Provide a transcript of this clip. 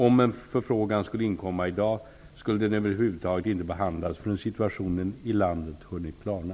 Om en förfrågan skulle inkomma i dag, skulle den över huvud taget inte behandlas förrän situationen i landet hunnit klarna.